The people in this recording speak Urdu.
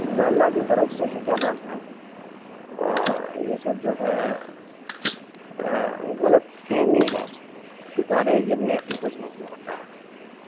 تو اللہ کی طرف سے ہے کیا نام ہے یہ سب جو ہے غلط فہمی ہے ستارے گرنے سے کچھ نہیں ہوتا ہے